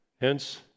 Hence